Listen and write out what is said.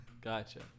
Gotcha